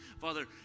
Father